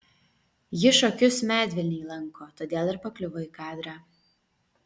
ji šokius medvilnėj lanko todėl ir pakliuvo į kadrą